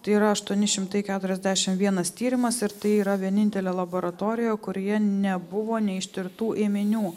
tai yra aštuoni šimtai keturiasdešimt vienas tyrimas ir tai yra vienintelė laboratorija kurioje nebuvo neištirtų ėminių